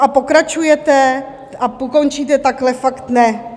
A pokračujete... a končíte: Takhle fakt ne.